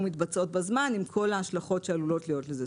מתבצעות בזמן עם כל ההשלכות שעלולות להיות לזה.